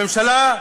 הממשלה,